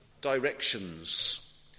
directions